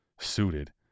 suited